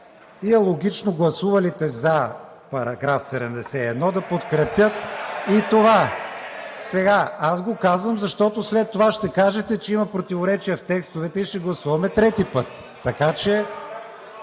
и е логично, гласувалите за § 71 да подкрепят и това. Аз го казвам, защото след това ще кажете, че има противоречия в текстовете и ще гласуваме трети път. (Шум и